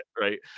right